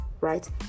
Right